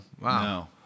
Wow